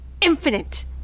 infinite